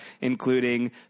including